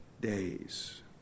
days